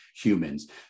humans